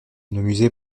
musée